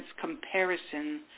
comparison